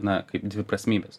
na kaip dviprasmybės